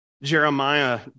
Jeremiah